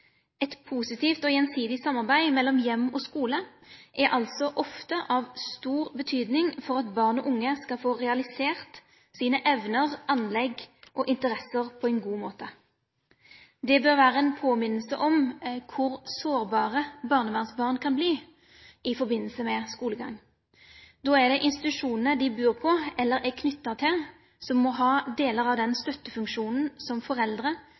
Et positivt og gjensidig samarbeid mellom hjem og skole er altså ofte av stor betydning for at barn og unge skal få realisert sine evner, anlegg og interesser på en god måte. Det bør være en påminnelse om hvor sårbare barnevernsbarn kan bli i forbindelse med skolegang. Da er det institusjonen de bor på, eller er knyttet til, som må ha deler av den støttefunksjonen som foreldre